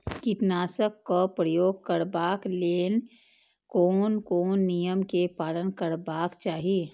कीटनाशक क प्रयोग करबाक लेल कोन कोन नियम के पालन करबाक चाही?